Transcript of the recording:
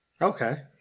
Okay